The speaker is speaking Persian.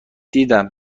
دیدم